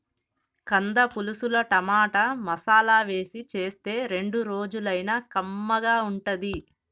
కంద పులుసుల టమాటా, మసాలా వేసి చేస్తే రెండు రోజులైనా కమ్మగా ఉంటది